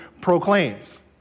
proclaims